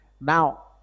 Now